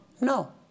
No